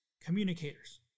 communicators